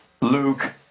Luke